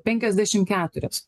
penkiasdešim keturios